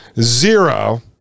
zero